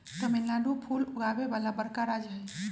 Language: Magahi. तमिलनाडु फूल उगावे वाला बड़का राज्य हई